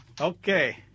Okay